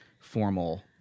formal